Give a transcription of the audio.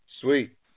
Sweet